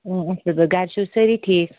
اۭں اصٕل پٲٹھۍ گَرٕ چھِو سٲری ٹھیٖک